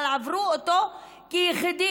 אבל עברו אותו כיחידים.